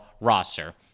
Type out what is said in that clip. roster